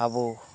ᱟᱹᱵᱚ